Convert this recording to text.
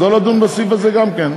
אז לא לדון בסעיף הזה גם כן?